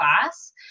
class